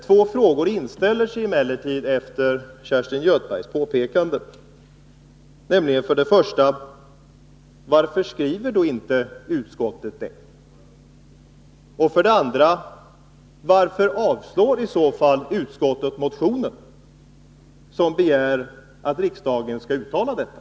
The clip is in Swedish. Två frågor inställer sig emellertid efter Kerstin Göthbergs påpekanden, nämligen för det första: Varför skriver då utskottet inte det? Och för det andra: Varför avstyrker utskottet i så fall motionen, som begär att riksdagen skall uttala detta?